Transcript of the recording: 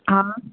हा